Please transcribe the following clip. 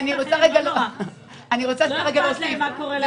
לא אכפת להם מה קורה לאזרחים שטסים.